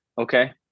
Okay